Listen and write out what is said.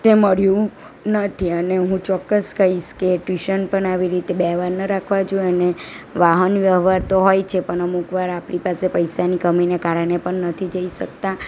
તે મળ્યું નથી અને હું ચોક્કસ કહીશ કે ટ્યુશન પણ આવી રીતે બે વાર ન રાખવા જોઈએ અને વાહન વ્યવહાર તો હોય છે પણ અમુક વાર આપણી પાસે પૈસાની કમીને કારણે પણ નથી જઈ શકતા